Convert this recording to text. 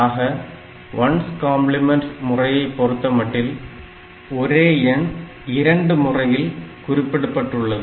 ஆக 1s complement 1s complement முறையை பொறுத்தமட்டில் ஒரே எண் இரண்டு முறையில் குறிப்பிடப்பட்டுள்ளது